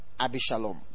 abishalom